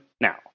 Now